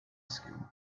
skill